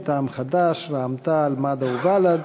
מטעם חד"ש, רע"ם-תע"ל-מד"ע ובל"ד.